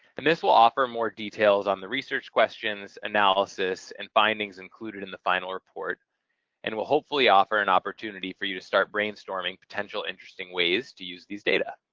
and this will offer more details on the research questions, analysis, and findings included in the final report and will hopefully offer an opportunity for you to start brainstorming potential interesting ways to use these data.